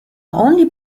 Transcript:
only